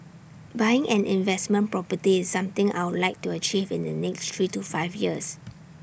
buying an investment property is something I'll like to achieve in the next three to five years